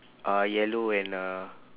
are yellow and uh